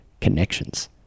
connections